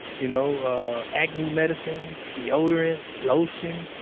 you know, ah, acne medicine deodorant, lotion.